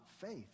faith